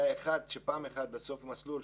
היה אחד שפעם אחת בסוף מסלול,